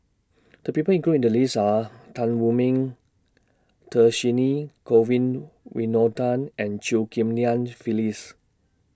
The People included in The list Are Tan Wu Meng Dhershini Govin Winodan and Chew Ghim Lian Phyllis